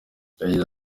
yagize